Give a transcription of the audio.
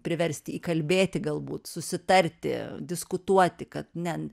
priversti įkalbėti galbūt susitarti diskutuoti kad ne